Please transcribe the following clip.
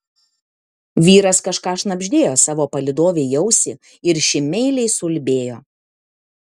vyras kažką šnabždėjo savo palydovei į ausį ir ši meiliai suulbėjo